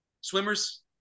swimmers